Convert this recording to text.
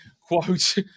Quote